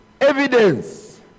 evidence